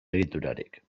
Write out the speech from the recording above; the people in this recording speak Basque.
egiturarik